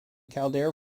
calder